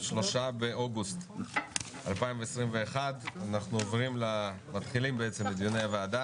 3 באוגוסט 2021. אנחנו מתחילים את דיוני הוועדה.